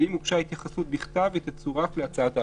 ואם הוגשה התייחסות בכתב היא תצורף להצעת ההחלטה.